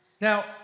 Now